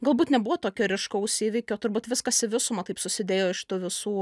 galbūt nebuvo tokio ryškaus įvykio turbūt viskas į visumą taip susidėjo iš šitų visų